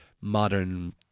modern